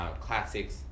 Classics